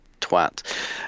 twat